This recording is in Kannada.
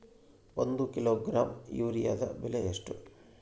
ಒಂದು ಕಿಲೋಗ್ರಾಂ ಯೂರಿಯಾದ ಬೆಲೆ ಎಷ್ಟು?